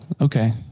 Okay